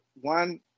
One